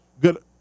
good